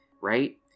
right